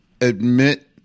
admit